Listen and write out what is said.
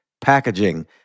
packaging